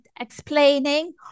explaining